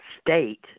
state